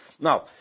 Now